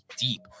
deep